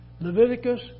Leviticus